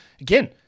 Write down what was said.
again